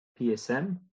PSM